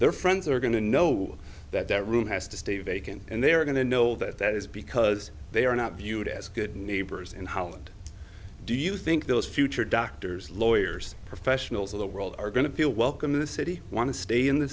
their friends are going to know that their room has to stay vacant and they are going to know that that is because they are not viewed as good neighbors and how do you think those future doctors lawyers professionals in the world are going to feel welcome in the city want to stay in the